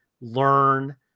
learn